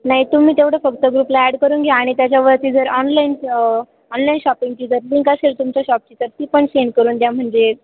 नाही तुम्ही तेवढं फक्त ग्रुपला ॲड करून घ्या आणि त्याच्यावरती जर ऑनलाईन ऑनलाईन शॉपिंगची जर लिंक असेल तुमच्या शॉप ची तर ती पण सेंड करून द्या म्हणजे